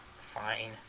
Fine